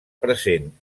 present